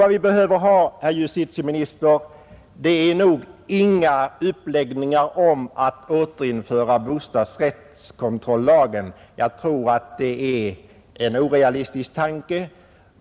Vad vi behöver, herr justitieminister, är nog inga propåer om ett eventuellt återinförande av bostadsrättskontrollagen, vilket jag menar är en orealistisk tanke.